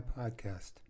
podcast